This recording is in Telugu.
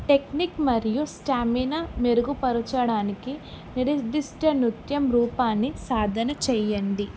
టెక్నిక్ మరియు స్టామిన మెరుగుపరచడానికి నిర్దిష్ట నృత్యం రూపాన్ని సాధన చేయండి